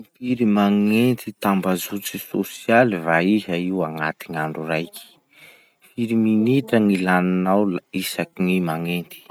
Impiry magnenty tambazotra sosialy va iha io agnaty gn'andro raiky? Firy minitra gny laninao isaky ny magnenty?